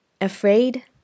Afraid